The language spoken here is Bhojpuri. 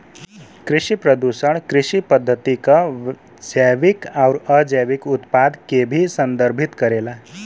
कृषि प्रदूषण कृषि पद्धति क जैविक आउर अजैविक उत्पाद के भी संदर्भित करेला